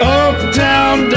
uptown